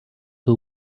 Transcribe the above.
who